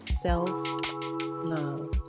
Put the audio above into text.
self-love